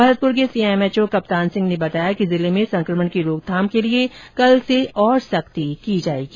Bharatpur CMHO Kaptan Singh ने बताया कि जिले में संकमण की रोकथाम के लिए कल से और सख्ती की जाएगी